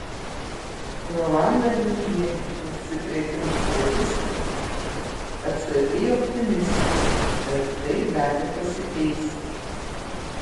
rolanda lingienė užsikrėtimų statistika atsargiai optimistinė bet tai gali pasikeisti